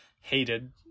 hated